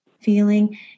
feeling